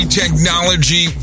technology